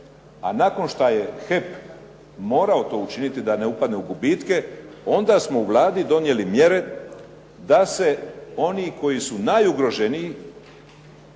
a nakon šta je HEP morao to učiniti da ne upadne u gubitke onda smo u Vladi donijeli mjere da se oni koji su najugroženiji,